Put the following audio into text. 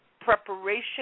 preparation